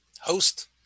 host